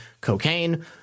cocaine